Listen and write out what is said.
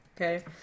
Okay